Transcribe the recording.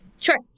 Sure